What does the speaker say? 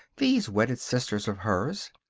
these wedded sisters of hers.